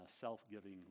self-giving